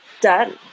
done